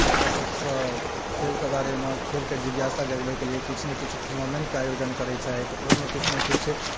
बच्चा सभसँ खेल कऽ बारेमे खेल कऽ जिज्ञासा जगबैके लिए किछु ने किछु टुर्मामेन्टके आयोजन करैत छथि ओहिमे किछु ने किछु